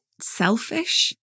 selfish